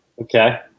okay